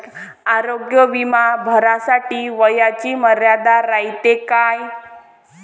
आरोग्य बिमा भरासाठी वयाची मर्यादा रायते काय?